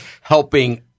helping